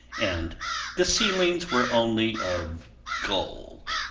and the ceilings were only of gold,